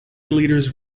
leaders